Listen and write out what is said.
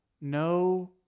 no